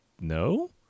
No